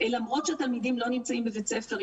למרות שהתלמידים לא נמצאים בבית ספר,